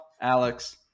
Alex